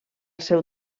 seu